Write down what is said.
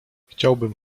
chciałbym